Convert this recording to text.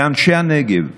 ואנשי הנגב,